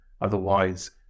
Otherwise